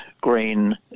green